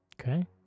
Okay